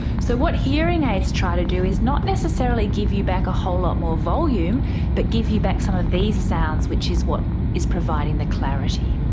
so what hearing aids try to do is not necessarily give you back a whole lot more volume but give you back some of these sounds which is what is providing the clarity.